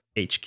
hq